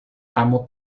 kamu